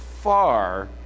far